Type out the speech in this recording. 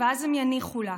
צ'קים, ואז הם יניחו לה.